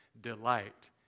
delight